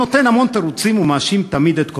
הוא נותן המון תירוצים ומאשים תמיד את קודמיו.